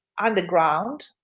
underground